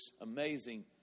amazing